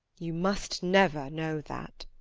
you must never know that